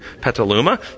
Petaluma